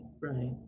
right